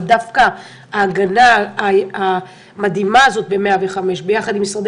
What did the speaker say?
אבל דווקא ההגנה המדהימה הזאת במוקד 105 ביחד עם משרדי